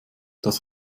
das